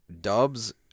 Dubs